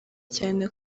cyane